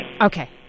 Okay